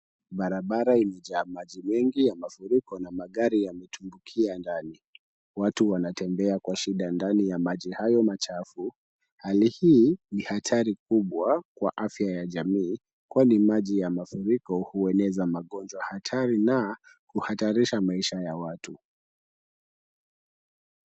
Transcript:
Barabara imejaa maji mengi ya mafuriko na magari yametumbukia ndani. Watu wanatembea kwa shida ndani ya maji hayo machafu. Hali hii ni hatari kubwa kwa afya ya jamii kwani maji ya mafuriko hueneza magonjwa hatari na huhatarisha maisha ya watu.